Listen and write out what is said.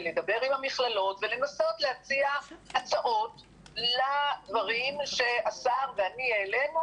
לדבר עם המכללות ולנסות להציע הצעות לדברים שהשר ואני העלינו